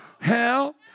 Hell